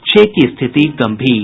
छह की स्थिति गंभीर